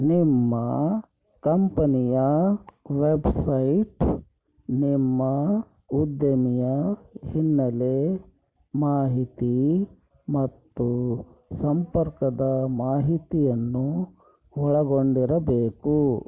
ನಿಮ್ಮ ಕಂಪನಿಯ ವೆಬ್ಸೈಟ್ ನಿಮ್ಮ ಉದ್ದಿಮೆಯ ಹಿನ್ನೆಲೆ ಮಾಹಿತಿ ಮತ್ತು ಸಂಪರ್ಕದ ಮಾಹಿತಿಯನ್ನು ಒಳಗೊಂಡಿರಬೇಕು